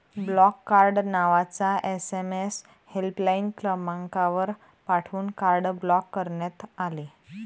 block card नावाचा SMS helpline क्रमांकावर पाठवून कार्ड ब्लॉक करण्यात आले